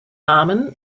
namen